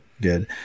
good